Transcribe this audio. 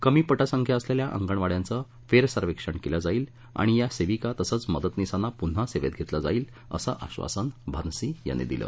कमी पटसंख्या असलेल्या अंगणवाड्यांचं फेरसर्वेक्षण केलं जाईल आणि या सेविका तसंच मदतनीसांना पुन्हा सेवेत घेतलं जाईल असं आश्वासन भानसी यांनी दिलं